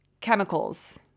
chemicals